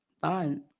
fine